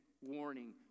warning